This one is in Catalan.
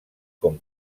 com